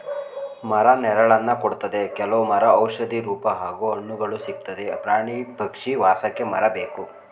ಮರ ನೆರಳನ್ನ ಕೊಡ್ತದೆ ಕೆಲವ್ ಮರ ಔಷಧಿ ರೂಪ ಹಾಗೂ ಹಣ್ಣುಗಳು ಸಿಕ್ತದೆ ಪ್ರಾಣಿ ಪಕ್ಷಿ ವಾಸಕ್ಕೆ ಮರ ಬೇಕು